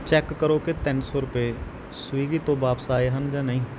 check ਕਰੋ ਕਿ ਤਿੰਨ ਸੌ ਰੁਪਏ ਸਵਿਗੀ ਤੋਂ ਵਾਪਿਸ ਆਏ ਹੈ ਜਾਂ ਨਹੀਂ